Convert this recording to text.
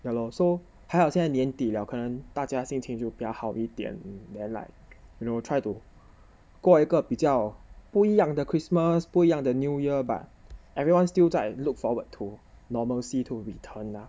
ya lor so 还好现在年底了可能大家心情就比较好一点 then like you know try to 过一个比较不一样的 christmas 不一样的 new year but everyone still 在 look forward to normalcy to return lah